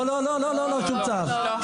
לא, לא, שום צו.